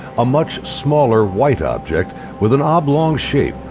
a much smaller white object with an oblong shape,